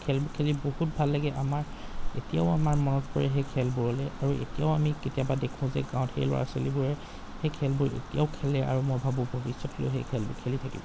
খেলবোৰ খেলি বহুত ভাল লাগে আমাৰ এতিয়াও আমাৰ মনত পৰে সেই খেলবোৰলৈ আৰু এতিয়াও আমি কেতিয়াবা দেখো যে গাঁৱত সেই ল'ৰা ছোৱালীবোৰে সেই খেলবোৰ এতিয়াও খেলে আৰু মই ভাবো ভৱিষ্যতলেও সেই খেলবোৰ খেলি থাকিব